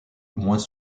moins